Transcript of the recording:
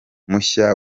mushya